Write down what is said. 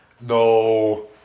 no